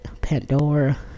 Pandora